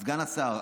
סגן השר,